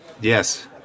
Yes